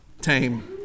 tame